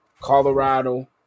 Colorado